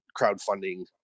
crowdfunding